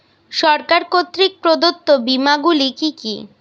সরকার কর্তৃক প্রদত্ত বিমা গুলি কি কি?